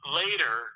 later